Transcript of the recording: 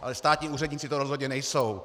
Ale státní úředníci to rozhodně nejsou.